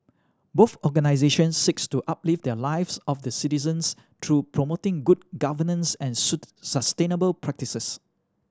both organisations seek to uplift the lives of their citizens through promoting good governance and suit sustainable practices